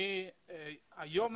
אני תמיד אומר שיום העלייה